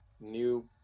new